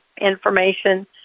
information